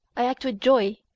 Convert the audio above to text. i act with joy,